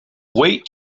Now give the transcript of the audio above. wait